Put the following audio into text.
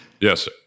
Yes